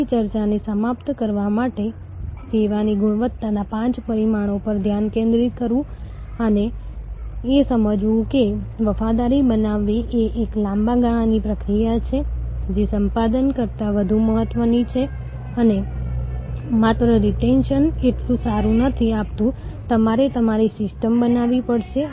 તેથી વિચાર એ છે કે વધુને વધુ વ્યવસાયો આ દિશામાં આગળ વધવાનો પ્રયાસ કરી રહ્યા છે જ્યાં તમારી પાસે સતત સંબંધ હોય તો ઓછામાં ઓછો જો કોઈ સતત સંબંધ ન હોય તો દરેક વ્યવહાર પરસ્પર જ્ઞાન પર આધારિત હોય છે જે અમે હાંસલ કરવાનો પ્રયાસ કરી રહ્યા છીએ